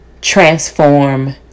transform